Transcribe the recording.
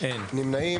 מי נמנע?